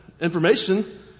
information